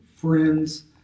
Friends